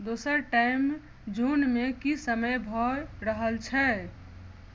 दोसर टाइम जोनमे कि समय भए रहल छै